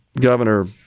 Governor